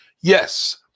Yes